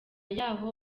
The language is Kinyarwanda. yaho